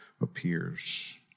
appears